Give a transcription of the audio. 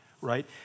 right